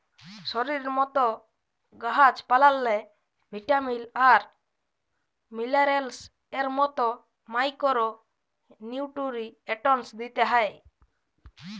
শরীরের মত গাহাচ পালাল্লে ভিটামিল আর মিলারেলস এর মত মাইকোরো নিউটিরিএন্টস দিতে হ্যয়